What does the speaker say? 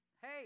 Hey